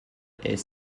est